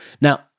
Now